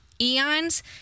eons